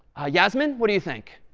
yasmin, what do you think?